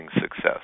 Success